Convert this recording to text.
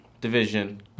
Division